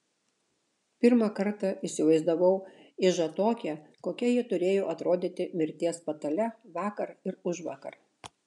pirmą kartą įsivaizdavau ižą tokią kokia ji turėjo atrodyti mirties patale vakar ir užvakar